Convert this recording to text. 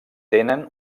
tenen